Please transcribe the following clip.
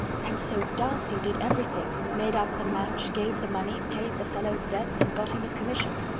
and so, darcy did every thing made up the match, gave the money, paid the fellow's debts, and got him his commission!